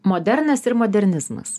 modernas ir modernizmas